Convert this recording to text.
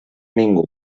ningú